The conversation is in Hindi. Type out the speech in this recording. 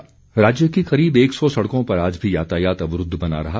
सड़कें राज्य की करीब एक सौ सड़कों पर आज भी यातायात अवरूद्व बना रहा